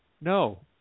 No